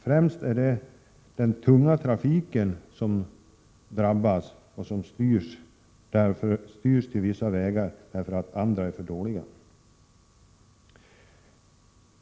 Främst är det den tunga trafiken som drabbas och som styrs till vissa vägar därför att andra vägar är för dåliga.